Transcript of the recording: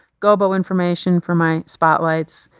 gobo information for my spotlights.